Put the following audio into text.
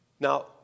Now